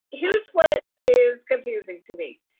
here's what is confusing to me.